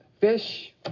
fish